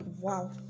wow